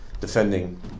defending